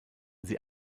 sie